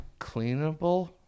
cleanable